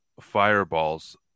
fireballs